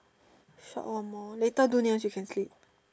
short of more later do nails you can clip